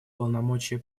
полномочия